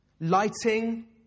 lighting